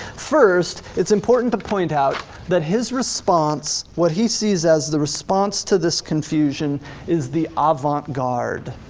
first, it's important to point out that his response, what he sees as the response to this confusion is the avant-garde.